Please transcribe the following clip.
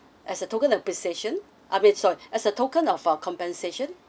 as a token of appreciation I mean sorry as a token of uh compensation